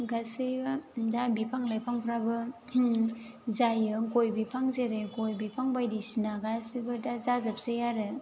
गासैबो दा बिफां लाइफांफ्राबो जायो गय बिफां जेरै गय बिफां बायदिसिना गासैबो दा जाजोबसै आरो